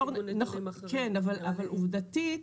כן, אבל עובדתית,